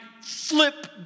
flip